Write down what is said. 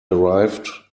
arrived